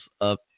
up